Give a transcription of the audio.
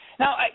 Now